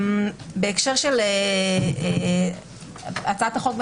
בהקשר של הצעת החוק,